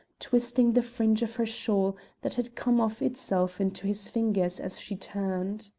twisting the fringe of her shawl that had come of itself into his fingers as she turned.